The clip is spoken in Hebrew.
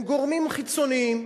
הם גורמים חיצוניים